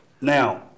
Now